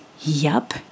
Yup